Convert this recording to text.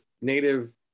native